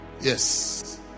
yes